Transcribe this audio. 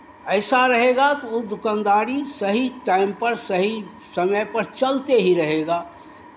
ऐसा रहेगा तो वो दुकानदारी सही टाइम पर सही समय पर चलते ही रहेगा